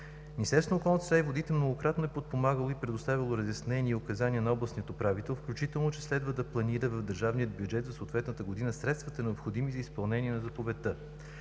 среда и водите многократно е подпомагало и предоставяло разяснения и указания на областния управител, включително че следва да планира в държавния бюджет за съответната година средствата, необходими за изпълнение на заповедта.